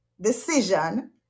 decision